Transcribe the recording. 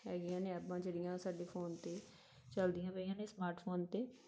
ਹੈਗੀਆਂ ਨੇ ਐਪਾਂ ਜਿਹੜੀਆਂ ਸਾਡੇ ਫੋਨ 'ਤੇ ਚੱਲਦੀਆਂ ਪਈਆਂ ਨੇ ਸਮਾਰਟ ਫੋਨ 'ਤੇ